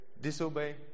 Disobey